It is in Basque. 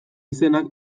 izenak